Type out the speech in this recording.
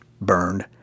burned